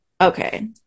okay